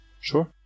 Sure